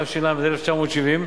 התש"ל 1970,